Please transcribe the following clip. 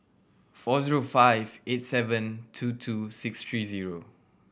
four zero five eight seven two two six three zero